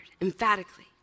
emphatically